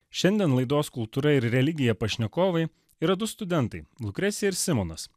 šiandien laidos kultūra ir religija pašnekovai yra du studentai lukrecija ir simonas